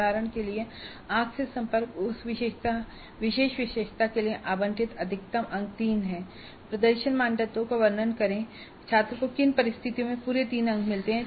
उदाहरण के लिए आँख से संपर्क उस विशेष विशेषता के लिए आवंटित अधिकतम अंक 3 हैं प्रदर्शनमानदंडों का वर्णन करें कि एक छात्र को किन परिस्थितियों में पूरे 3 अंक मिलते हैं